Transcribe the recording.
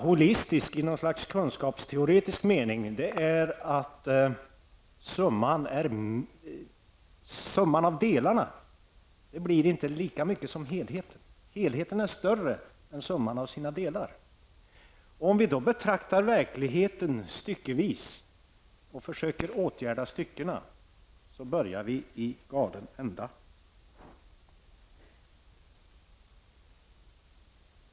Holistisk i något slags kunskapsteoretisk mening att summan av delarna inte blir lika mycket som helheten. Helheten är större än summan av sina delar. Om vi betraktar verkligheten styckevis och försöker åtgärda styckena börjar vi i galen ända.